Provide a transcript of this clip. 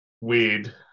weird